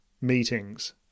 meetings